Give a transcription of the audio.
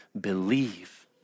believe